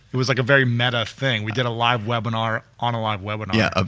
it was like a very meta thing. we did a live webinar, on a live webinar. yeah, um